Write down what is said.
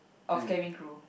of cabin crew